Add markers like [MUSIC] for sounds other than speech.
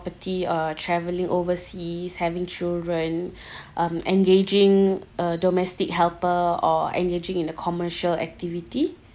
uh travelling overseas having children [BREATH] um engaging a domestic helper or engaging in the commercial activity